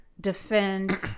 defend